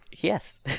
Yes